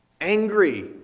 angry